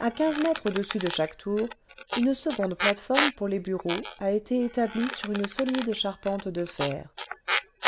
a quinze mètres au-dessus de chaque tour une seconde plate-forme pour les bureaux a été étabbe sur une sobde charpente de fer